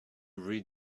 read